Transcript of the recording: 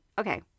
Okay